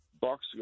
box